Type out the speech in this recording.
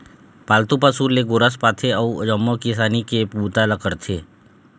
पालतू पशु ले गोरस पाथे अउ जम्मो किसानी के बूता ल करथे